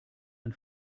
ein